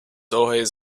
always